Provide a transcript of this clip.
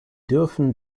dürfen